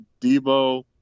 debo